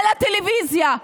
בטלוויזיה.